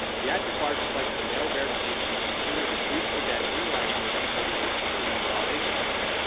the act requires a collector to mail verification when a consumer disputes the debt in writing within thirty days of receiving the validation notice,